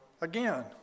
again